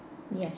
yes